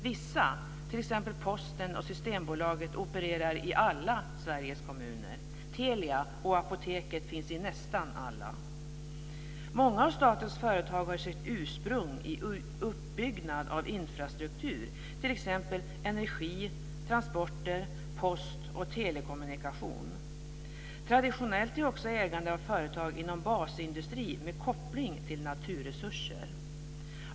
Vissa, t.ex. Posten och Systembolaget, opererar i alla Sveriges kommuner. Telia och Apoteket finns i nästan alla. Många av statens företag har sitt ursprung i uppbyggnad av infrastruktur - t.ex. energi, transporter, post och telekommunikation. Traditionellt är också ägande av företag inom basindustri med koppling till naturresurser.